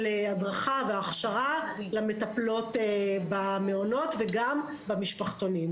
הדרכה והכשרה למטפלות במעונות וגם במשפחתונים.